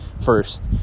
first